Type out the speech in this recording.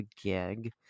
gag